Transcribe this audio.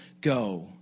go